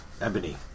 Ebony